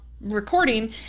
recording